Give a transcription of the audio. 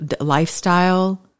lifestyle